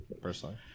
personally